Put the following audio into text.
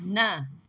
न